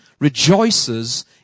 Rejoices